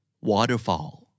Waterfall